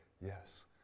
yes